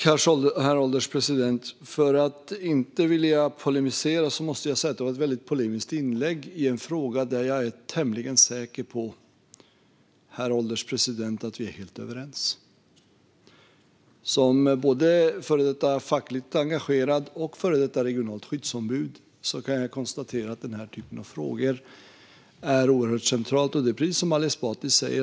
Herr ålderspresident! För att inte vilja polemisera måste jag säga att det var ett väldigt polemiskt inlägg i en fråga där jag är tämligen säker på, herr ålderspresident, att vi är helt överens. Som både före detta fackligt engagerad och före detta regionalt skyddsombud kan jag konstatera att den här typen av frågor är oerhört centrala. Det är precis som Ali Esbati säger.